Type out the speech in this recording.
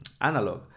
analog